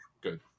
Good